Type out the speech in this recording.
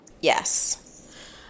Yes